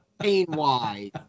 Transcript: pain-wise